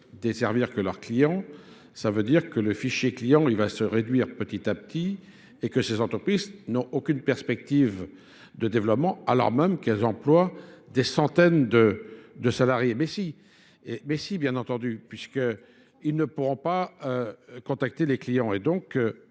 desservir que leurs clients, ça veut dire que le fichier client va se réduire petit à petit et que ces entreprises n'ont aucune perspective de développement alors même qu'elles emploient des centaines de salariés. Mais si. Mais si bien entendu, puisqu'ils ne pourront pas contacter les clients